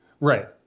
Right